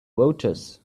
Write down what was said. voters